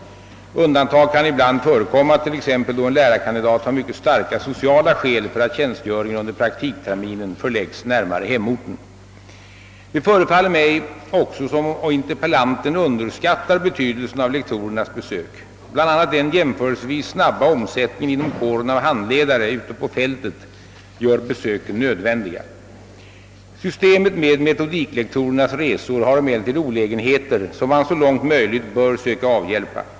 Undantag kan ibland förekomma, t.ex. då en lärarkandidat har mycket starka sociala skäl för att tjänstgöringen under praktikterminen förläggs närmare hemorten. Det förefaller mig också som om interpellanten underskattar betydelsen av lektorernas besök. Bl. a. den jämförelsevis snabba omsättningen inom kåren av handledare ute på fältet gör besöken nödvändiga. Systemet med metodiklektorernas resor har emellertid olägenheter som man så långt möjligt bör söka avhjälpa.